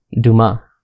Duma